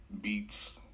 beats